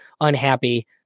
unhappy